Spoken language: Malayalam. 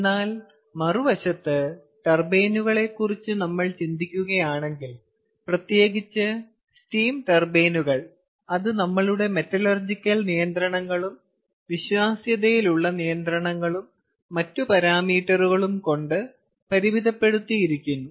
എന്നാൽ മറുവശത്ത് ടർബൈനുകളെ കുറിച്ച് നമ്മൾ ചിന്തിക്കുകയാണെങ്കിൽ പ്രത്യേകിച്ച് സ്റ്റീം ടർബൈനുകൾ അത് നമ്മളുടെ മെറ്റലർജിക്കൽ നിയന്ത്രണങ്ങളും വിശ്വാസ്യതയിലുള്ള നിയന്ത്രണങ്ങളും മറ്റ് പാരാമീറ്ററുകളും കൊണ്ട് പരിമിതപ്പെടുത്തിയിരിക്കുന്നു